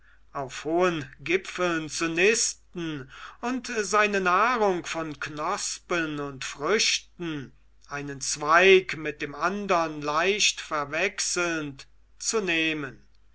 auf hohen gipfeln zu nisten und seine nahrung von knospen und früchten einen zweig mit dem andern leicht verwechselnd zu nehmen